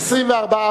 סעיפים 1 53 נתקבלו.